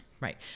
Right